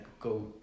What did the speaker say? go